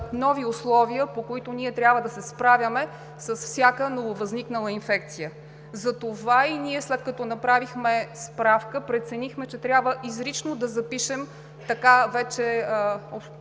нови условия, по които ние трябва да се справяме с всяка нововъзникнала инфекция. Затова и ние, след като направихме справка, преценихме, че трябва изрично да запишем така вече